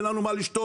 ואין לנו מה לשתות,